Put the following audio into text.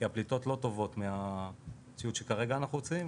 כי הפליטות לא טובות מהציוד שכרגע אנחנו רוצים,